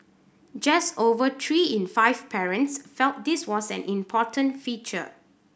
just over three in five parents felt this was an important feature